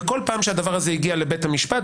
וכל פעם שהדבר הזה הגיע לבית המשפט,